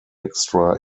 extra